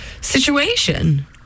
situation